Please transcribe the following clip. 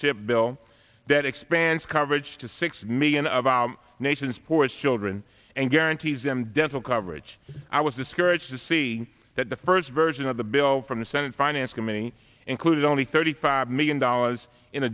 esteve bill that expands coverage to six million of our nation's poorest children and guarantees them dental coverage i was discouraged seeing that the first version of the bill from the senate finance committee included only thirty five million dollars in